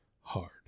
hard